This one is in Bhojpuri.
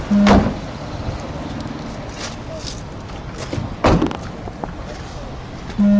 नेट बैंकिंग से पईसा भेजे खातिर खाता बानवे के पड़त हअ